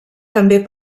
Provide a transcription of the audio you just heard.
també